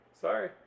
Sorry